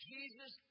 Jesus